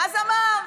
אז אמר.